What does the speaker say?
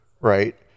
right